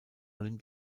allem